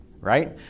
right